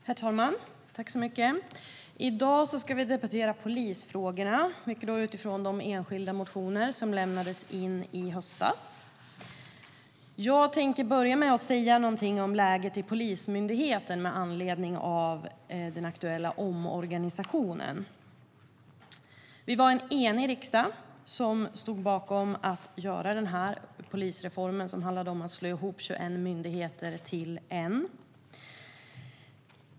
Herr talman! I dag ska vi debattera polisfrågor, mycket utifrån de enskilda motioner som lämnades in i höstas. Jag tänker börja med att säga något om läget i Polismyndigheten med anledning av den aktuella omorganisationen. Vi var en enig riksdag som stod bakom att genomföra polisreformen vilken handlade om att slå ihop 21 myndigheter till en.